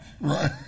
Right